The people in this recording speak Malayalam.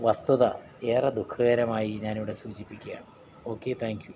വസ്തുത ഏറെ ദുഖകരമായി ഞാൻ ഇവിടെ സൂചിപ്പിക്കുകയാണ് ഓക്കെ താങ്ക്യു